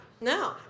No